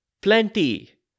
Plenty